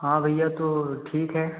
हाँ भईया तो ठीक है